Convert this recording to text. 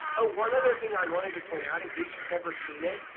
oh, one other thing i wanted to point out in case you've never seen it.